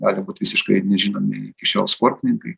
gali būt visiškai ir nežinomi iki šiol sportininkai